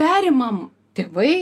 perimam tėvai